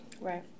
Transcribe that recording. Right